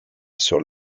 sur